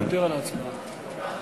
בכמה זמן אתה מציע לדחות?